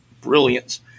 brilliance